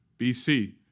BC